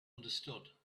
understood